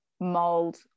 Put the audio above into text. mold